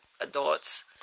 adults